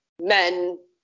Men